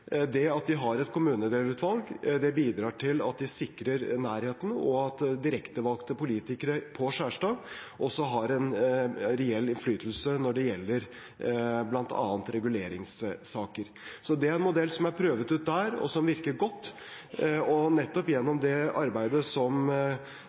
Det at de har et kommunedelsutvalg, bidrar til at de sikrer nærheten, og at direktevalgte politikere på Skjerstad også har en reell innflytelse når det gjelder bl.a. reguleringssaker. Så det er en modell som er prøvd ut der, og som virker godt, og nettopp gjennom det arbeidet som